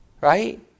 right